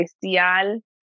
especial